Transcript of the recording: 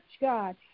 God